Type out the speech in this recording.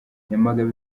nyamagabe